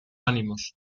ánimos